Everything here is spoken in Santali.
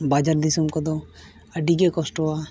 ᱵᱟᱡᱟᱨ ᱫᱤᱥᱚᱢ ᱠᱚᱫᱚ ᱟᱹᱰᱤᱜᱮ ᱠᱚᱥᱴᱚᱣᱟ